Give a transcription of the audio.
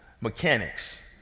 mechanics